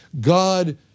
God